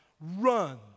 run